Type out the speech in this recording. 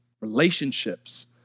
relationships